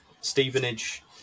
Stevenage